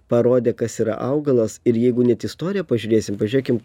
parodė kas yra augalas ir jeigu net istoriją pažiūrėsim pažiūrėkim